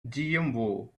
gmo